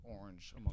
orange